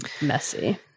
messy